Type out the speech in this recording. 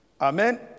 Amen